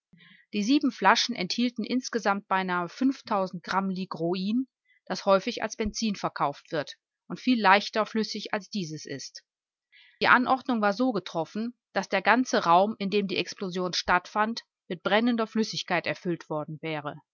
die sieben flaschen enthielten insgesamt beinahe fünftausend gram die ruin das häufig als benzin verkauft wird und viel leichter flüssig als dieses ist die anordnung war so getroffen daß der ganze raum in dem die explosion stattfand mit brennender flüssigkeit erfüllt worden wäre